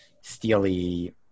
steely